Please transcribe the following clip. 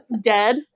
dead